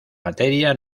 materia